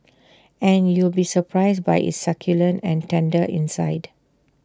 and you'll be surprised by its succulent and tender inside